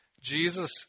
Jesus